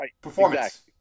performance